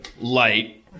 light